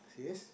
yes